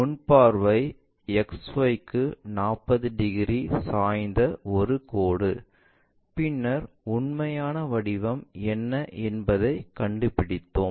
முன் பார்வை XY க்கு 45 டிகிரி சாய்ந்த ஒரு கோடு பின்னர் உண்மையான வடிவம் என்ன என்பதைக் கண்டுபிடித்தோம்